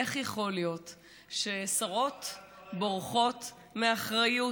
איך יכול להיות ששרות בורחות מאחריות?